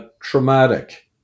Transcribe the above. traumatic